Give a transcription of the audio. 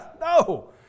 no